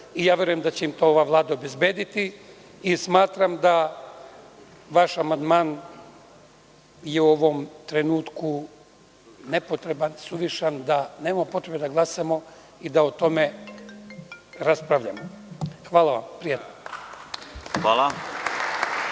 i verujem da će im to ova vlada obezbediti i smatram da vaš amandman je u ovom trenutku nepotreban, suvišan, da nema potrebe da glasamo i da o tome raspravljamo. Hvala vam. **Igor